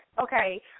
okay